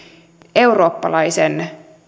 eurooppalaisen